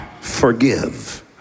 forgive